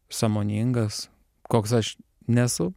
sąmoningas koks aš nesu